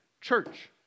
church